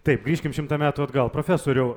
taip grįžkim šimtą metų atgal profesoriau